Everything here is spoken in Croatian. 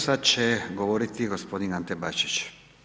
Sada će govoriti g. Ante Bačić.